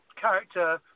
character